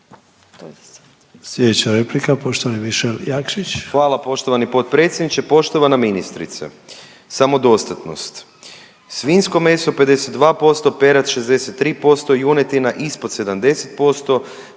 Sljedeća replika poštovani Mišel Jakšić.